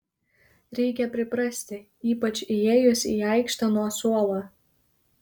reikia priprasti ypač įėjus į aikštę nuo suolo